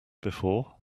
before